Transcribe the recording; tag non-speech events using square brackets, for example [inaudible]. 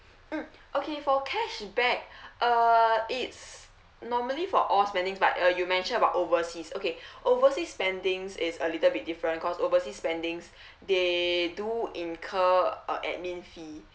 mm okay for cashback [breath] uh it's normally for all spending but uh you mention about overseas okay [breath] oversea spendings is a little bit different cause oversea spendings [breath] they do incur uh admin fee